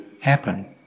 happen